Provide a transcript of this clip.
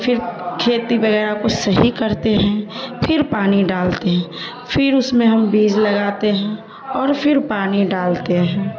پھر کھیتی وغیرہ کو صحیح کرتے ہیں پھر پانی ڈالتے ہیں پھر اس میں ہم بیج لگاتے ہیں اور پھر پانی ڈالتے ہیں